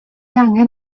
angen